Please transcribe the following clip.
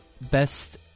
Best